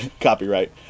Copyright